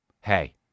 Hey